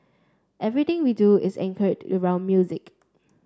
everything we do is anchored around music